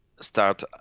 start